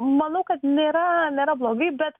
manau kad nėra nėra blogai bet